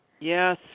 Yes